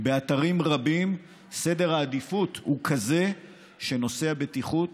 באתרים רבים סדר העדיפות הוא כזה שנושא הבטיחות